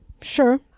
Sure